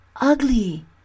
ugly